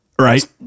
right